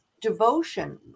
devotion